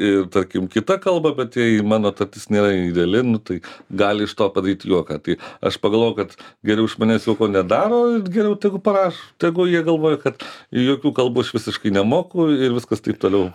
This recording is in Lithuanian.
ir tarkim kita kalba bet jei mano tartis nėra ideali nu tai gali iš to padaryt juoką tai aš pagalvojau kad geriau iš manęs juoko nedaro geriau tegu paraš tegu jie galvoja kad jokių kalbų aš visiškai nemoku ir viskas taip toliau